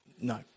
No